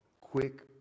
quick